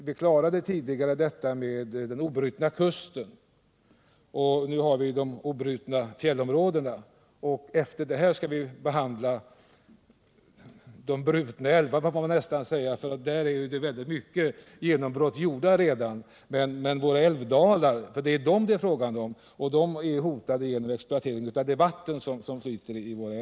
Vi har tidigare klarat problemen med den obrutna kusten, men nu har vi alltså de obrutna fjällområdena och deras problem. Därefter skall vi behandla de ”brutna älvarna” — så får man nästan kalla dem, eftersom väldigt stora genombrott redan är gjorda här. Det är nu fråga om våra älvdalar, som är hotade genom exploateringen av det vatten som flyter i älvarna.